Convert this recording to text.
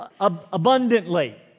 abundantly